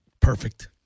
Perfect